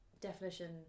definition